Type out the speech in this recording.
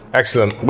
excellent